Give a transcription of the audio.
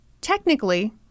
technically